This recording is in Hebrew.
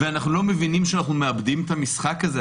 אנחנו לא מבינים שאנחנו מאבדים את המשחק הזה.